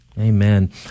Amen